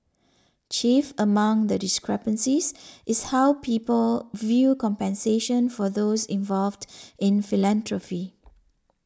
chief among the discrepancies is how people view compensation for those involved in philanthropy